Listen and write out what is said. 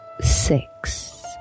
six